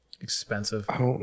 expensive